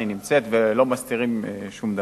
אני משיב לשאילתא של חברת הכנסת ליה שמטוב.